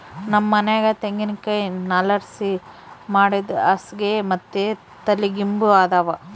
ನಮ್ ಮನ್ಯಾಗ ತೆಂಗಿನಕಾಯಿ ನಾರ್ಲಾಸಿ ಮಾಡಿದ್ ಹಾಸ್ಗೆ ಮತ್ತೆ ತಲಿಗಿಂಬು ಅದಾವ